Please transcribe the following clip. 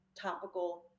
topical